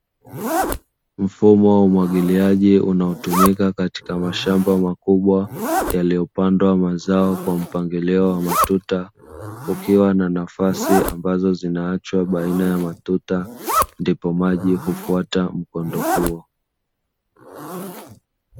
Mfumo wa umwagiliaji unaotumika katika mashamba makubwa yaliyopandwa mazao kwa mpangilio wa matuta, kukiwa na nafasi ambazo zinaachwa baina ya matuta, ndipo maji hufata mkondo huo.